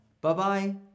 bye-bye